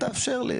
תאפשר לי.